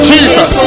Jesus